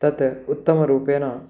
तत् उत्तमरूपेण